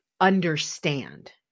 understand